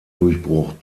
durchbruch